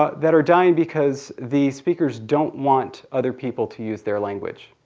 ah that are dying because the speakers don't want other people to use their language.